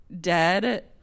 dead